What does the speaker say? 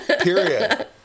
Period